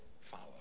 follow